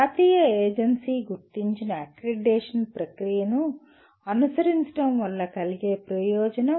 జాతీయ ఏజెన్సీ గుర్తించిన అక్రిడిటేషన్ ప్రక్రియను అనుసరించడం వల్ల కలిగే ప్రయోజనం